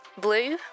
blue